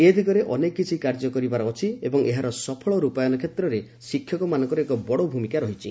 ଏ ଦିଗରେ ଅନେକ କିଛି କାର୍ଯ୍ୟ କରିବାର ଅଛି ଏବଂ ଏହାର ସଫଳ ରୂପାୟନ କ୍ଷେତ୍ରରେ ଶିକ୍ଷକମାନଙ୍କର ଏକ ବଡ଼ ଭୂମିକା ରହିଛି